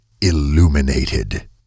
illuminated